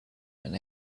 and